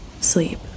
sleep